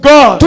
God